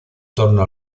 torno